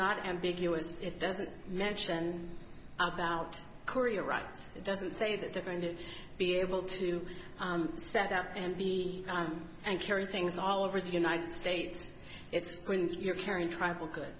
not ambiguous it doesn't mention about korea right it doesn't say that they're going to be able to set out and be and carry things all over the united states it's when you're carrying tribal good